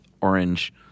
orange